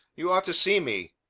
you ought to see me.